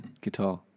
guitar